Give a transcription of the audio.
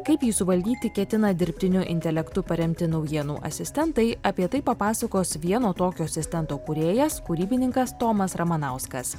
kaip jį suvaldyti ketina dirbtiniu intelektu paremti naujienų asistentai apie tai papasakos vieno tokio asistento kūrėjas kūrybininkas tomas ramanauskas